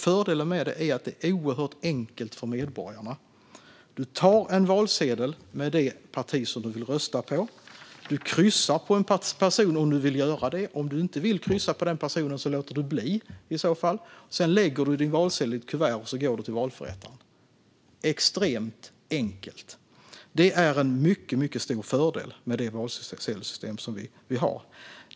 Fördelen med detta är att det är oerhört enkelt för medborgarna. Du tar en valsedel för det parti du vill rösta på. Du kryssar på en person om du vill göra det; om du inte vill kryssa på den personen låter du bli. Sedan lägger du din valsedel i ett kuvert och går till valförrättaren. Det är extremt enkelt, vilket är en mycket stor fördel med det valsedelssystem vi har.